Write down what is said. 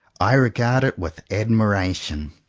i regard it with ad miration.